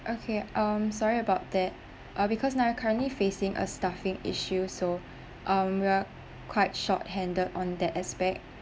okay um sorry about that ah because now we're currently facing a staffing issue so um we are quite short handed on that aspect